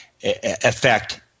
effect